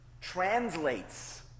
translates